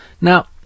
Now